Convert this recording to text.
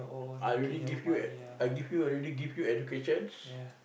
I already give you ev~ I give you already give you educations